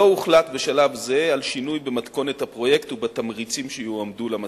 לא הוחלט בשלב זה על שינוי במתכונת הפרויקט ובתמריצים שיועמדו למציעים.